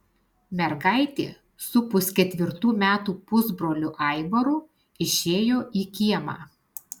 mergaitė su pusketvirtų metų pusbroliu aivaru išėjo į kiemą